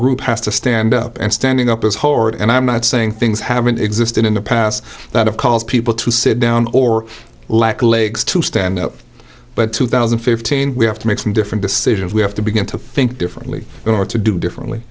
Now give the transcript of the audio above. group has to stand up and standing up is horrid and i'm not saying things haven't existed in the past that have caused people to sit down or lack legs to stand up but two thousand and fifteen we have to make some different decisions we have to begin to think differently or to do differently